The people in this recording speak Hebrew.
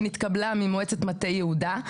שנתקבלה ממועצת מטה יהודה.